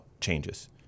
changes